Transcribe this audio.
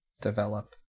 develop